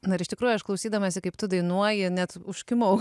na ir iš tikrųjų aš klausydamasi kaip tu dainuoji net užkimau